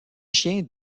chiens